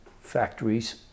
factories